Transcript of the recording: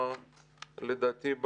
לדעתי,